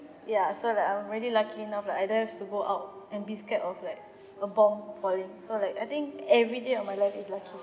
ya so like I'm really lucky enough like I don't have to go out and be scared of like a bomb falling so like I think everyday of my life is lucky